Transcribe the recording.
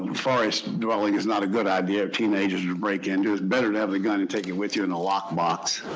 forest dwelling is not a good idea. teenagers would break into it. it's better to have the gun and take you with you in a lockbox.